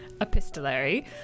epistolary